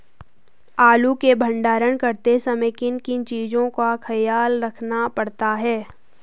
आलू के भंडारण करते समय किन किन चीज़ों का ख्याल रखना पड़ता है?